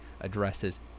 addresses